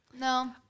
No